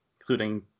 including